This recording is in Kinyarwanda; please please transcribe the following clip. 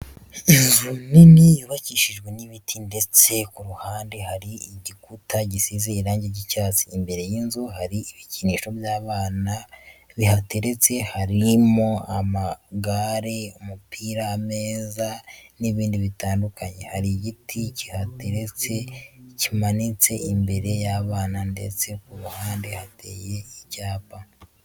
Inzu nini yubakishijwe n'ibiti ndetse ku ruhande hari igikuta gisize irangi ry'icyatsi. Imbere y'inzu hari ibikinisho by'abana bihateretse harimo amagare, umupira, ameza n'ibindi bitandukanye. Hari igiti kihateretse kimanitse imyenda y'abana ndetse ku ruhande hateye ibyatsi.